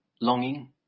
longing